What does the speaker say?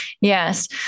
yes